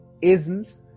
isms